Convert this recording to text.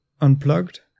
Unplugged